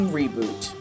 reboot